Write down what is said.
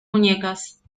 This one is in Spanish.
muñecas